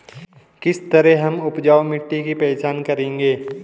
किस तरह हम उपजाऊ मिट्टी की पहचान करेंगे?